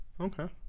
Okay